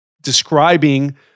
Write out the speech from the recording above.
describing